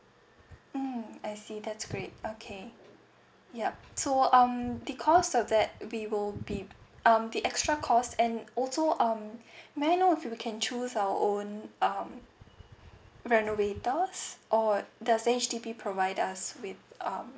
mm I see that's great okay yup so um the call surveyed we will be um the extra cost and also um may I know if we can choose our own um renovaters or does H_D_B provide us with um